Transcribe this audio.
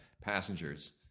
Passengers